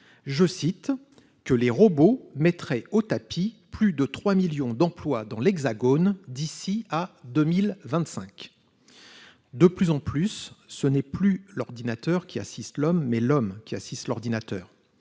d'ici 2025, les robots mettraient au tapis plus de 3 millions d'emplois dans l'Hexagone ». De plus en plus, ce n'est plus l'ordinateur qui assiste l'homme, mais l'homme qui assiste l'ordinateur.